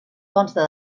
consta